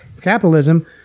capitalism